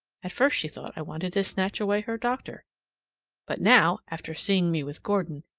at first she thought i wanted to snatch away her doctor but now, after seeing me with gordon,